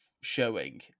showing